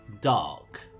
dark